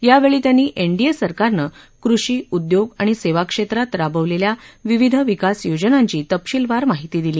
यावेळी त्यांनी एनडीए सरकारनं कृषी उदयोग आणि सेवा क्षेत्रात राबवलेल्या विविध विकास योजनांची तपशीलवार माहिती दिली